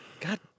god